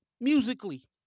musically